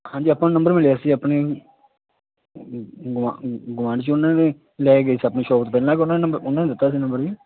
ਹਾਂਜੀ ਆਪਾਂ ਨੂੰ ਨੰਬਰ ਮਿਲਿਆ ਸੀ ਆਪਣੇ ਗਵਾਂਢ 'ਚ ਉਹਨਾਂ ਨੇ ਲੈ ਗਏ ਆਪਣੀ ਸ਼ੋਪ ਪਹਿਲਾਂ ਉਹਨਾਂ ਨੇ ਦਿੱਤਾ ਸੀ ਨੰਬਰ ਜੀ